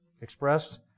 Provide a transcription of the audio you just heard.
expressed